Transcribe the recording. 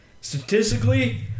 Statistically